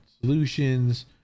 solutions